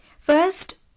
First